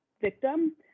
victim